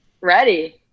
Ready